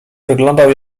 wyglądał